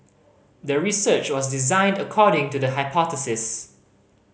the research was designed according to the hypothesis